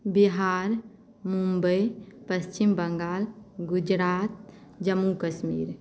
Bihar Mumbai Paschim Bengal Gujarat Jammu Kashmir